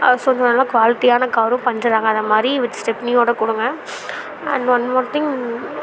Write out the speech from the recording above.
so கொஞ்சம் நல்ல குவாலிட்டியான காரும் பஞ்சர் ஆகாத மாதிரி வித் ஸ்டெப்னியோட கொடுங்க அண்ட் ஒன் ஒன் திங்